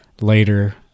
later